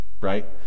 right